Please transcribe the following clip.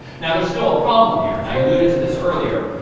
now, there's still a problem here and i alluded to this earlier.